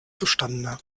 zustande